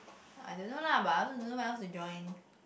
I don't know lah but I also don't know what else to join